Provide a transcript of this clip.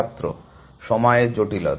ছাত্র সময়ের জটিলতা